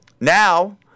now